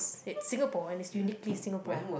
it's Singapore and it's uniquely Singapore